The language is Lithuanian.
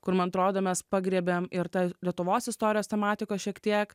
kur man atrodo mes pagriebėm ir tą lietuvos istorijos tematikos šiek tiek